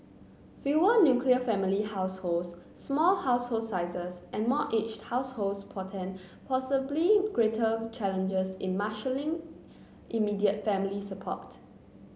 fewer nuclear family households small household sizes and more aged households portend possibly greater challenges in marshalling immediate family support